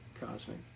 Cosmic